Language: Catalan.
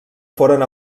foren